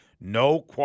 no